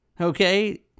okay